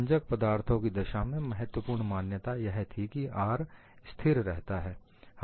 भंजक पदार्थों की दशा में महत्वपूर्ण मान्यता यह थी कि R स्थिर रहता है